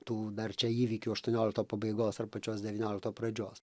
tų dar čia įvykių aštuoniolikto pabaigos ar pačios devyniolikto pradžios